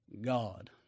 God